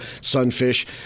sunfish